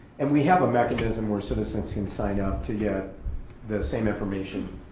and we have a mechanism where citizens can sign up to get the same information,